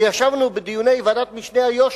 וישבנו בדיוני ועדת משנה לענייני איו"ש